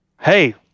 Hey